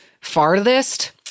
farthest